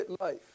life